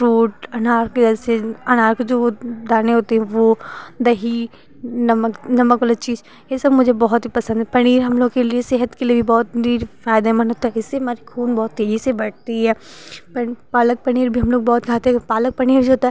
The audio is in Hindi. फ्रूट अनार के जैसे अनार के जो वो दाने होते हैं वो दही नमक नमक वाले चीज ये सब मुझे बहुत ही पसंद है पनीर हम लोग के लिए सेहत के लिए भी बहुत पनीर फ़ायदेमंद होता है इससे हमारी खून बहुत तेज़ी से बढ़ती है पालक पनीर भी हम लोग बहुत खाते पालक पनीर जो होता है